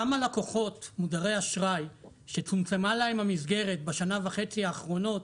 כמה לקוחות מודרי אשראי שצומצמה להם המסגרת בשנה וחצי האחרונות,